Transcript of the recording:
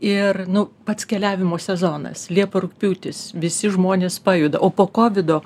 ir nu pats keliavimo sezonas liepa rugpjūtis visi žmonės pajuda o po kovido